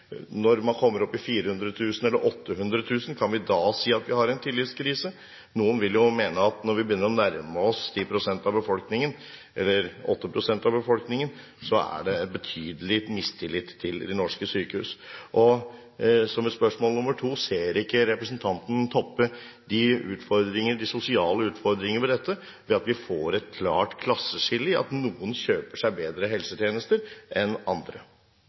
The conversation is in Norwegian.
Når man kommer opp i 400 000 eller 800 000, kan vi da si at vi har en tillitskrise? Noen vil jo mene at når vi begynner å nærme oss 10 pst. av befolkningen, eller 8 pst. av befolkningen, er det en betydelig mistillit til norske sykehus. Som et spørsmål nr. 2: Ser ikke representanten Toppe de sosiale utfordringene ved dette, ved at vi får et klart klasseskille gjennom at noen kjøper seg bedre helsetjenester enn andre?